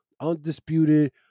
undisputed